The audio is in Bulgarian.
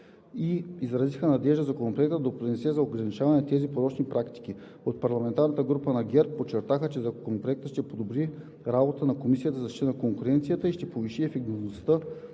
и изразиха надежда Законопроектът да допринесе за ограничаване на тези порочни практики. От парламентарната група на ГЕРБ подчертаха, че Законопроектът ще подобри работата на Комисията за защита на конкуренцията и ще повиши ефективността